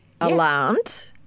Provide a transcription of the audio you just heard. alarmed